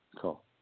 Cool